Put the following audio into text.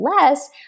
less